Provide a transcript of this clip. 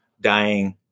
dying